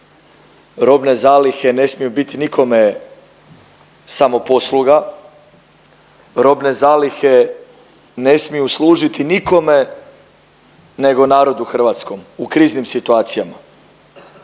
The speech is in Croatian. robne zalihe ne smiju biti nikome samoposluga, robne zalihe ne smiju služiti nikome nego narodu hrvatskom u kriznim situacijama.